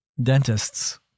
Dentists